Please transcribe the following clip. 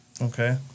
Okay